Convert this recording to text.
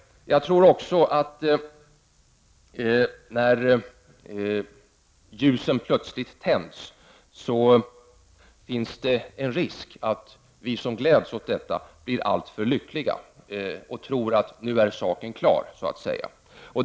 När ljusen plötsligt har tänts tror jag att det finns en risk att vi som gläds åt detta blir alltför lyckliga och tror att nu är saken så att säga klar.